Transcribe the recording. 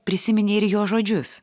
prisiminė ir jo žodžius